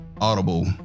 audible